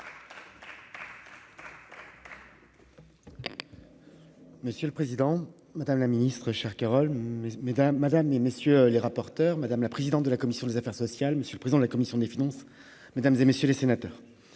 Monsieur le Président, Madame la Ministre, chère Carole mais, mais Madame et messieurs les rapporteurs, madame la présidente de la commission des affaires sociales, monsieur le président, la commission des finances, mesdames et messieurs les sénateurs,